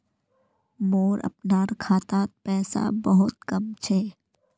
मोर अपनार खातात पैसा बहुत कम छ